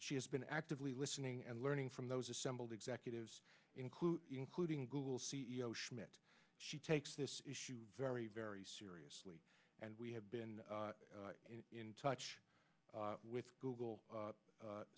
she has been actively listening and learning from those assembled executives include including google c e o schmidt she takes this issue very very seriously and we have been in touch with google